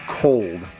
cold